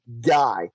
guy